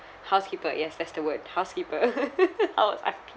housekeeper yes that's the word housekeeper house auntie